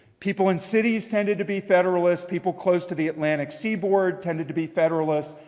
people in cities tended to be federalists. people close to the atlantic seaboard tended to be federalists.